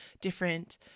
different